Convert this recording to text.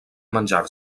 menjar